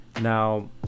Now